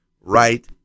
right